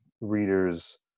readers